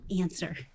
answer